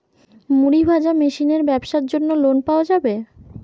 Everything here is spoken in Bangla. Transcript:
মুড়ি ভাজা মেশিনের ব্যাবসার জন্য লোন পাওয়া যাবে?